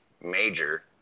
major